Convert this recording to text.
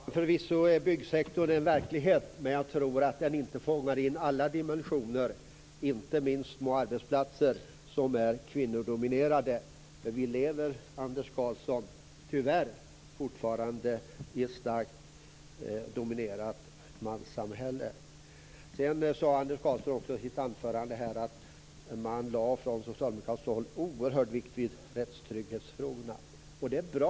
Fru talman! Förvisso är byggsektorn en verklighet, men jag tror inte att den fångar in alla dimensioner - t.ex. inte verkligheten på små arbetsplatser som är kvinnodominerade. Vi lever, Anders Karlsson, tyvärr fortfarande i ett starkt mansdominerat samhälle. Anders Karlsson sade också i sitt anförande att man från socialdemokratiskt håll lägger oerhörd vikt vid rättstrygghetsfrågorna. Det är bra.